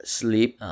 sleep